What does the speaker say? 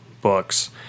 books